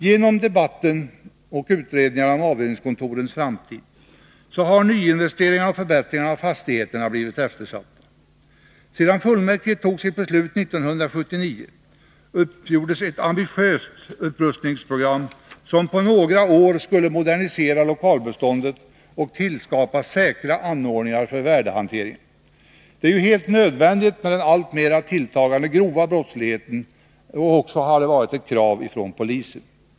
Genom debatten och utredningarna om avdelningskontorens framtid har nyinvesteringarna och förbättringarna av fastigheterna blivit eftersatta. Sedan fullmäktige tog sitt beslut 1979 uppgjordes ett ambitiöst upprustningsprogram, som på några år skulle modernisera lokalbeståndet och tillskapa säkra anordningar för värdehanteringen. Detta är ju helt nödvändigt med den alltmer tilltagande grova brottsligheten, och det har också varit ett krav från polisen.